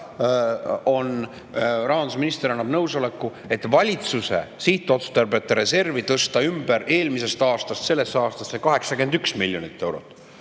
rahandusminister annab nõusoleku, et valitsuse sihtotstarbeta reservi tõstetakse ümber eelmisest aastast sellesse aastasse 81 miljonit eurot.